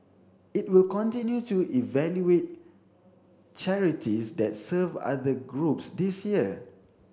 it will continue to evaluate charities that serve other groups this year